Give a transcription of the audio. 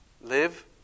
Live